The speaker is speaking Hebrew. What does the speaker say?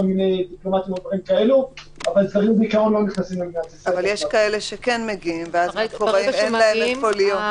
אבל יש כאלה שכן מגיעים, ואז אין להם איפה להיות.